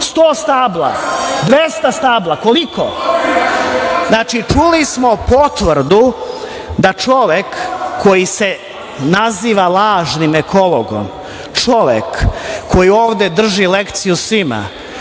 Sto stabla, 200 stabla? Koliko? Znači, čuli smo potvrdu da čovek koji se naziva lažnim ekologom, čovek koji ovde drži lekciju svima,